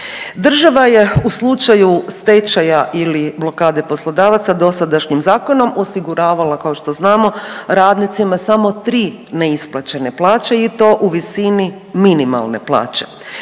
Država je u slučaju stečaja ili blokade poslodavaca dosadašnjim zakonom osiguravala kao što znamo radnicima samo 3 neisplaćene plaće i to u visini minimalne plaće.